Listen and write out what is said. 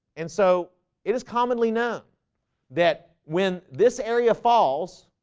and so it is commonly known that when this area falls